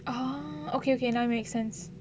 oo okay okay now make sense